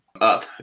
Up